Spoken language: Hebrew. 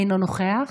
אינו נוכח,